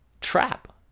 trap